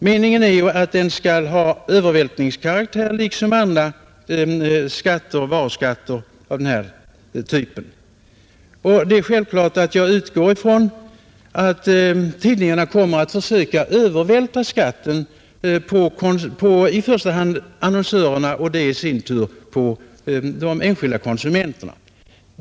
Meningen är ju att skatten skall ha övervältringskaraktär liksom alla varuskatter av den här typen. Jag utgår ifrån såsom självklart att tidningarna kommer att försöka övervältra skatten på i första hand annonsörerna och de i sin tur på de enskilda konsumenterna.